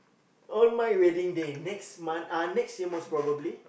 on my wedding day next month uh next year most probably